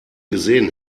gesehen